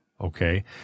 okay